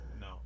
No